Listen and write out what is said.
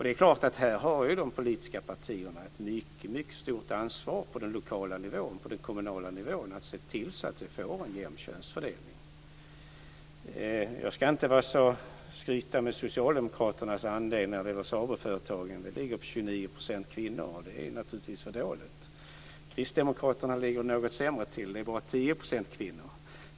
Det är klart att de politiska partierna där har ett mycket stort ansvar på den lokala, kommunala nivån för att se till att vi får en jämn könsfördelning. Jag ska inte skryta med socialdemokraternas andel när det gäller SABO-företagen. Den ligger på 29 % kvinnor, och det är naturligtvis för dåligt. Kristdemokraterna ligger något sämre till med bara 10 % kvinnor.